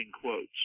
quotes